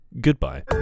Goodbye